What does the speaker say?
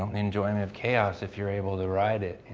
um enjoyment of chaos if you're able to ride it.